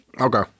Okay